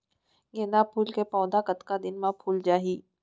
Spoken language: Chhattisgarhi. गेंदा फूल के पौधा कतका दिन मा फुल जाही?